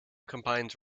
combines